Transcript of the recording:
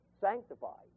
sanctified